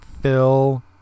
Phil